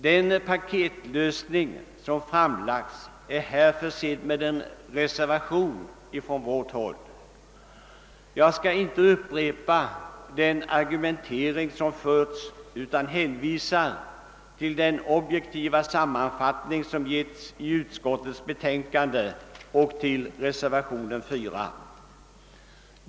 Den paketlösning som framlagts är på den punkten försedd med en reservation från vårt håll. Jag skall inte här upprepa den argumentering som förts, utan hänvisar till den objektiva samman fattning som gjorts i utskottets betänkande och i reservationen 4.